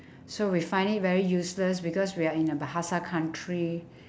so we find it very useless because we're in a bahasa country